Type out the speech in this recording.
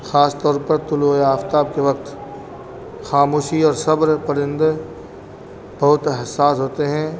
خاص طور پر طلوع آفتاب کے وقت خاموشی اور صبر پرندے بہت حساس ہوتے ہیں